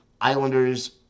Islanders